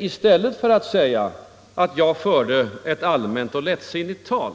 I stället för att säga att jag förde ett allmänt och lättsinnigt tal,